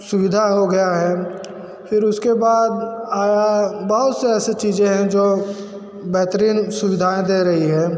सुविधा हो गई है फिर उसके बाद आया बहुत से ऐसी चीज़ें हैं जो बेहतरीन सुविधाऍं दे रही है